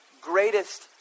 greatest